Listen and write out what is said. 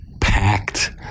Packed